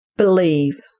Believe